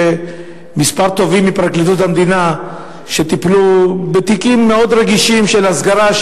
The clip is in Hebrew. של כמה תובעים מפרקליטות המדינה שטיפלו בתיקים מאוד רגישים של הסגרה,